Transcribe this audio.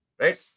Right